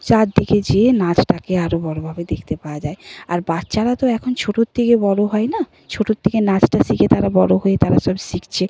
চারদিকে যেয়ে নাচটাকে আরও বড়ভাবে দেখতে পাওয়া যায় আর বাচ্চারা তো এখন ছোটোর থেকে বড় হয় না ছোটোর থেকে নাচটা শিখে তারা বড় হয়ে তারা সব শিখছে